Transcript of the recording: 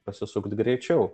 pasisukt greičiau